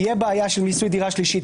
בעיה של מיסוי דירה שלישית,